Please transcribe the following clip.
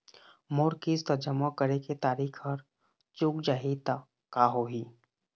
मोर किस्त जमा करे के तारीक हर चूक जाही ता का होही?